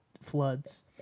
floods